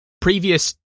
previous